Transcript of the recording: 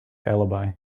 alibi